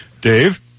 Dave